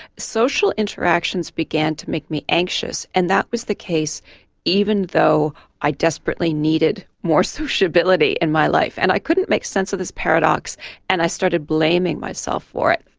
social interactions began to make me anxious and that was the case even though i desperately needed more sociability in my life and i couldn't make sense of this paradox and i started blaming myself for it.